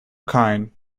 kind